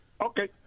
Okay